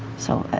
so i